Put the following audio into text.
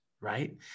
right